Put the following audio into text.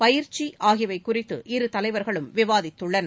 பயிற்சி ஆகியவை குறித்து இரு தலைவர்களும் விவாதித்துள்ளனர்